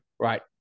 Right